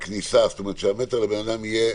כך שהמטר לבן אדם יהיה